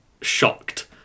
shocked